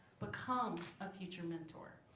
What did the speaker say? become ah future mentor.